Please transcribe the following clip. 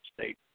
State